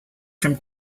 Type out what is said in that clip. from